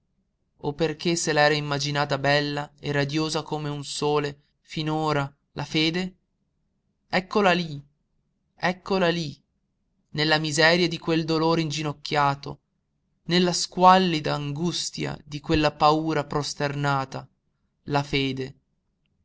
o perché se l'era immaginata bella e radiosa come un sole finora la fede eccola lí eccola lí nella miseria di quel dolore inginocchiato nella squallida angustia di quella paura prosternata la fede